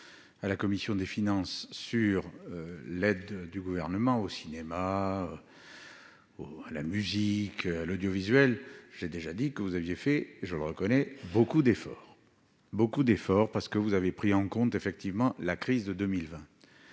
à la commission des finances sur l'aide du gouvernement au cinéma à la musique, l'audiovisuel, j'ai déjà dit que vous aviez fait et je le reconnais, beaucoup d'efforts, beaucoup d'efforts, parce que vous avez pris en compte, effectivement, la crise de 2020,